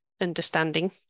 understanding